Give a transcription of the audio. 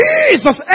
Jesus